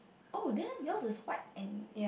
oh then yours is white and